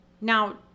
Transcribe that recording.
Now